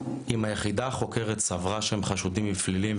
אם היחידה החוקרת סברה שהם חשודים בפלילים,